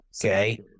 Okay